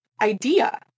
idea